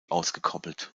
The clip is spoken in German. ausgekoppelt